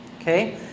Okay